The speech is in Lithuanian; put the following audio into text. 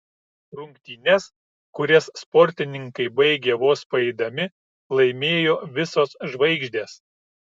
rungtynes kurias sportininkai baigė vos paeidami laimėjo visos žvaigždės